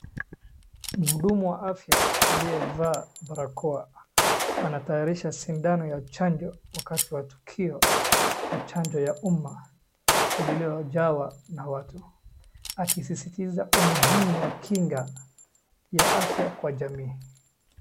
Mhudumu wa afya aliyevaa barakoa anatayarisha sindano ya chanjo wakati wa tukio na chanjo ya umma lililojaa na watu, akisisitiza umuhimu wa kinga ya afya kwa jamii.